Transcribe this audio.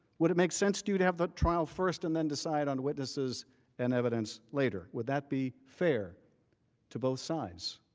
would it make sense to you to put that trial first and then decide on witnesses and evidence later? would that be fair to both sides?